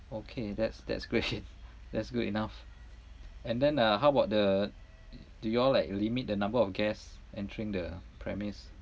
okay that's that's great that's good enough and then uh how about the do you all like limit the number of guests entering the premise